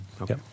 Okay